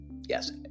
yes